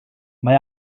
mae